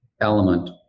element